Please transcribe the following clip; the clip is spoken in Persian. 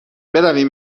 برویم